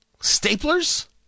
Staplers